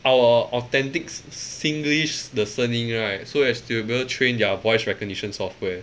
our authentics singlish 的声音 right so as to able to train their voice recognition software